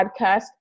podcast